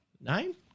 nine